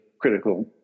critical